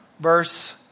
verse